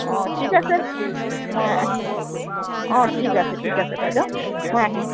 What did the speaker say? অঁ ঠিক আছে মই আহিম অঁ ঠিক আছে ঠিক আছে বাইদেউ মই আহিম